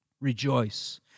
rejoice